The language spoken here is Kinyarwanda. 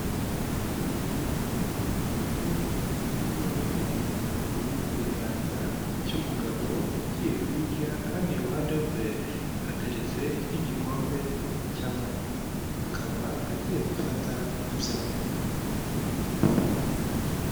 Capati itetse neza cyane iri mu kiganza cy'umugabo ugiye kuyirya kandi iruhande rwe hateretse n'igikombe cy'amata, akaba agiye gufata ibya mu gitondo.